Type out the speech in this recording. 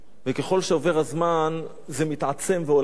וככל שעובר הזמן זה מתעצם והולך,